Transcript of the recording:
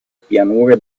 pianure